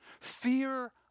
Fear